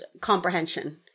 comprehension